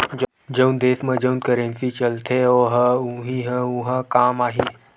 जउन देस म जउन करेंसी चलथे ओ ह उहीं ह उहाँ काम आही